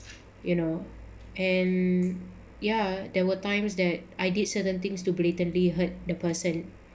you know and ya there were times that I did certain things to blatantly hurt the person